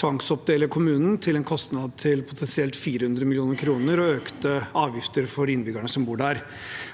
tvangsoppdele kommunen til en kostnad av potensielt 400 mill. kr, med økte avgifter for innbyggerne der.